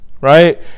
right